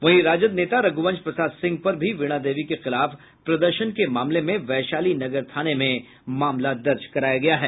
वहीं राजद नेता रघुवंश प्रसाद सिंह पर भी वीणा देवी के खिलाफ प्रदर्शन के मामले में वैशाली नगर थाने में मामला दर्ज कराया गया है